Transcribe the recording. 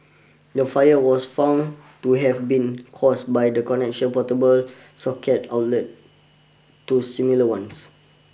the fire was found to have been caused by the connection portable socket outlet to similar ones